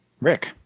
Rick